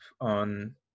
on